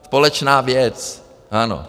Společná věc, ano.